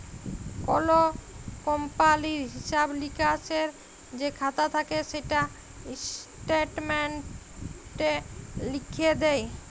call কমপালির হিঁসাব লিকাসের যে খাতা থ্যাকে সেটা ইস্ট্যাটমেল্টে লিখ্যে দেয়